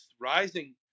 rising